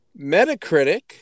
Metacritic